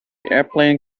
airplane